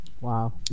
Wow